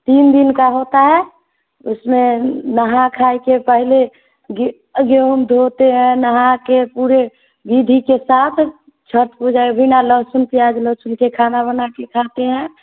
तीन दिन का होता है उसमें नहा खाए के पहले गे गेहूँ धोते हैं नहाकर पूरे विधि के साथ छठ पूजा बिना लहसुन प्याज़ लहसुन के खाना बनाकर खाते हैं